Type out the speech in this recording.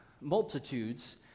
multitudes